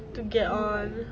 to get on